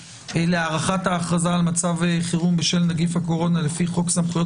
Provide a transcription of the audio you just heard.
הארכת הכרזה על מצב חירום בשל נגיף הקורונה לפי חוק סמכויות